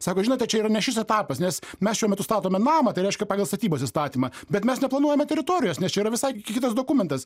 sako žinote čia yra ne šis etapas nes mes šiuo metu statome namą tai reiškia pagal statybos įstatymą bet mes neplanuojame teritorijos nes čia yra visai kitas dokumentas